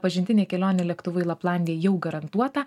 pažintinė kelionė lėktuvu į laplandiją jau garantuota